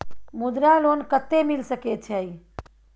मुद्रा लोन कत्ते मिल सके छै?